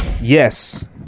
Yes